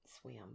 swim